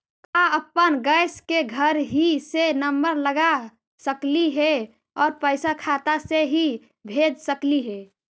का अपन गैस के घरही से नम्बर लगा सकली हे और पैसा खाता से ही भेज सकली हे?